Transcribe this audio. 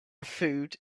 food